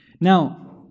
Now